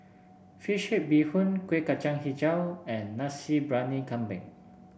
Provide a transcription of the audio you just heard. fish head Bee Hoon Kuih Kacang hijau and Nasi Briyani Kambing